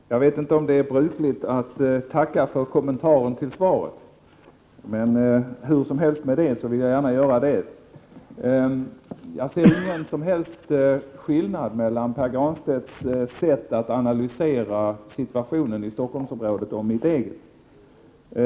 Herr talman! Jag vet inte om det är brukligt att tacka för kommentarerna till svaret, men hur som helst vill jag gärna göra det. Jag ser ingen som helst skillnad mellan Pär Granstedts sätt att analysera situationen i Stockholmsområdet och mitt eget.